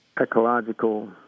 ecological